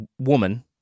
woman